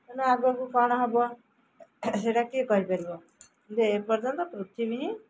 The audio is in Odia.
ତ ଆଗକୁ କ'ଣ ହେବ ସେଇଟା କିଏ କହିପାରିବ କିନ୍ତୁ ଏପର୍ଯ୍ୟନ୍ତ ପୃଥିବୀ ହିଁ